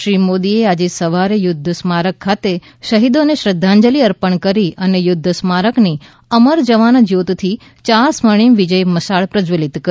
શ્રી મોદીએ આજે સવારે યુદ્ધ સ્મારક ખાતે શહીદોને શ્રદ્ધાંજલિ અર્પણ કરી અને યુદ્ધ સ્મારકની અમર જવાન જ્યોતથી યાર સ્વર્ણિમ વિજય મશાલ પ્રશ્વલિત કરી